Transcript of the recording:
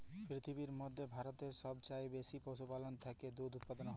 পিরথিবীর ম্যধে ভারতেল্লে সবচাঁয়ে বেশি পশুপাললের থ্যাকে দুহুদ উৎপাদল হ্যয়